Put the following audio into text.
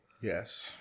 yes